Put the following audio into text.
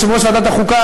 יושב-ראש ועדת החוקה,